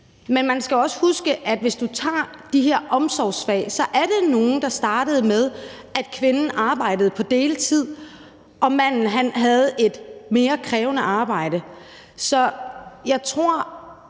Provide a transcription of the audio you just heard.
Men man skal også huske på, at de her omsorgsfag i starten var nogle, hvor kvinden arbejdede på deltid, mens manden havde et mere krævende arbejde. Så jeg tror